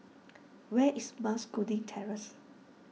where is Mas Kuning Terrace